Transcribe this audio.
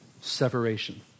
separation